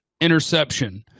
interception